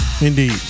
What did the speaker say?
indeed